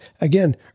again